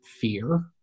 fear